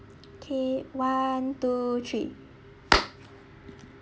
okay one two three